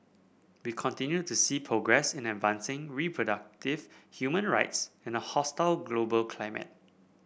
we continue to see progress in advancing reproductive human rights in a hostile global climate